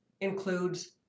includes